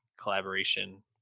collaboration